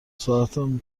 ساعتم